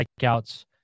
strikeouts